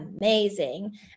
amazing